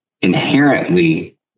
inherently